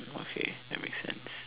okay that makes sense